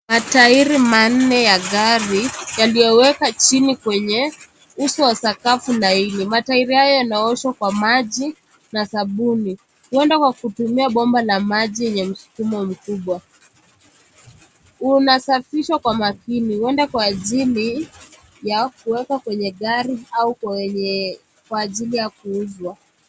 Matairi manne ya gari yaliyowekwa chini kwenye uso wa sakafu nairi. Matairi hayo yanaoshwa kwa maji na sabuni. Huenda kwa kutumia bomba la maji yenye msukumo mkubwa. Unasafishwa kwa makini. Huenda kwa ajili yao ya kuwekwa kwenye gari au kwa ajili kuuzwa.